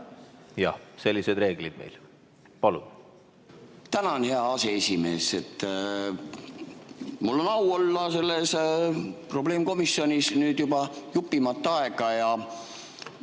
Jah, sellised reeglid on meil. Palun!